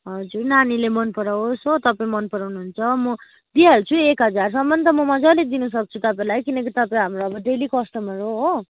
हजुर नानीले मन पराओस् हो तपाईँ मन पराउनुहुन्छ म दिइहाल्छु एक हजारसम्म त म मजाले दिनसक्छु तपाईँलाई किनकि तपाईँ अब हाम्रो डेली कस्टमर हो हो